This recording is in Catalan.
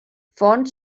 font